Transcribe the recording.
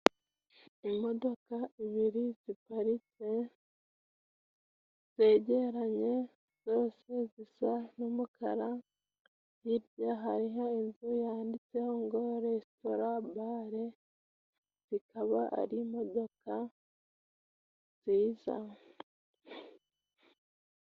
Imodoka ibiri ziparitse zegeranye zose zisa numukara, hirya hariho inzu yanditseho ngo resitora bare, ikaba ari imodoka nziza.